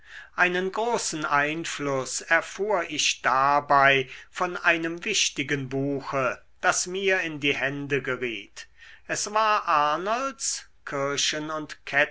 einen großen einfluß erfuhr ich dabei von einem wichtigen buche das mir in die hände geriet es war arnolds kirchen und